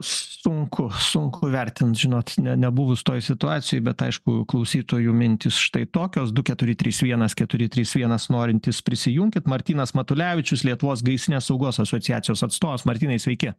sunku sunku įvertint žinot ne nebuvus toj situacijoj bet aišku klausytojų mintys štai tokios du keturi trys vienas keturi trys vienas norintys prisijunkit martynas matulevičius lietuvos gaisrinės saugos asociacijos atstovas martynai sveiki